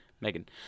Megan